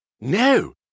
No